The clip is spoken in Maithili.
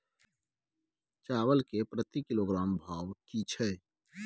चावल के प्रति किलोग्राम भाव की छै?